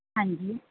ਹਾਂਜੀ